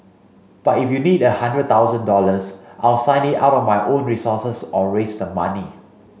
but if you need a hundred thousand dollars I'll sign it out of my own resources or raise the money